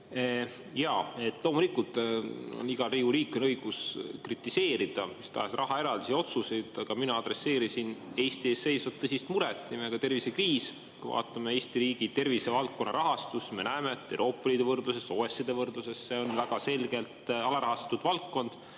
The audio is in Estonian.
Jaa, loomulikult on igal Riigikogu liikmel õigus kritiseerida mis tahes rahaeraldisi ja otsuseid, aga mina [juhtisin tähelepanu] Eesti ees seisvale tõsisele murele nimega tervisekriis. Kui vaatame Eesti riigi tervisevaldkonna rahastust, siis me näeme, et Euroopa Liidu võrdluses, OECD võrdluses see on väga selgelt alarahastatud valdkond.